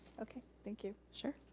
okay, thank you. sure.